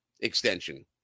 extension